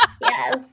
Yes